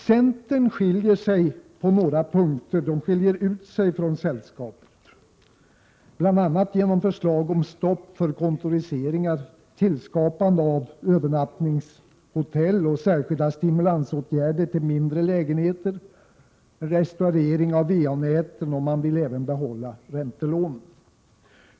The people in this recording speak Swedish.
Centern skiljer på några punkter ut sig från sällskapet, bl.a. genom förslag om stopp för kontoriseringar, skapande av övernattningshotell och särskilda stimulansåtgärder när det gäller mindre lägenheter samt restaurering av VA-näten. Man vill även behålla räntelånen.